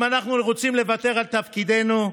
אם אנחנו רוצים לוותר על תפקידנו,